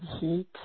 heat